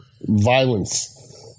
violence